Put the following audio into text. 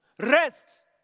Rest